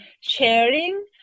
sharing